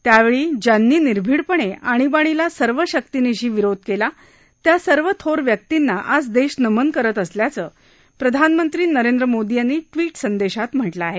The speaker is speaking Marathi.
त्यावेळी ज्यांनी निर्भिडपणे आणीबाणीला सर्व शक्तीनिशी विरोध केला त्या सर्व थोर व्यक्तींना आज देश नमन करत असल्याचं प्रधानमंत्री नरेंद्र मोदी यांनी ट्विट संदेशात म्हटलं आहे